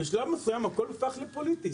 בשלב מסוים הכול הפך לפוליטי,